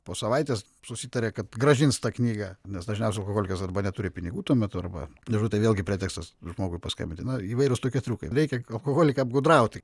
po savaitės susitarė kad grąžins tą knygą nes dažniausiai alkoholikas arba neturi pinigų tuo metu arba nežinau tai vėlgi pretekstas žmogui paskambinti įvairūs tokie triukai reikia alkoholiką apgudrauti